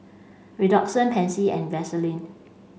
Redoxon Pansy and Vaselin